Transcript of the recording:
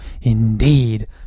indeed